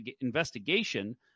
investigation